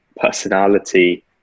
personality